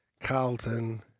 Carlton